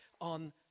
on